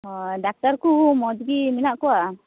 ᱚᱻ ᱰᱟᱠᱛᱟᱨ ᱠᱚ ᱢᱚᱡᱽ ᱜᱮ ᱢᱮᱱᱟᱜ ᱠᱚᱣᱟ